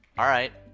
alright.